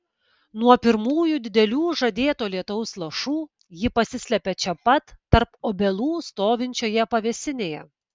nuo pirmųjų didelių žadėto lietaus lašų ji pasislepia čia pat tarp obelų stovinčioje pavėsinėje